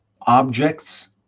objects